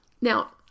Now